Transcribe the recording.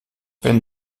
wenn